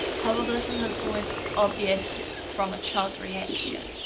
however, this isn't always obvious from a child's reaction.